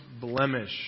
blemish